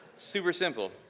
super simple.